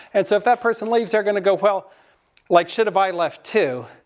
and so if that person leaves they are going to go, well like, should've i left too?